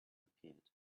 appeared